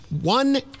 one